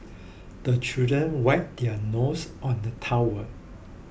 the children wipe their nose on the towel